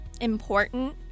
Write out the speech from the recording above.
important